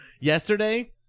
Yesterday